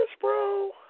bro